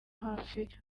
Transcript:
hafi